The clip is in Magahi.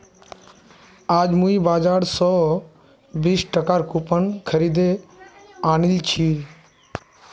आज मुई बाजार स बीस टकार कूपन खरीदे आनिल छि